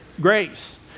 Grace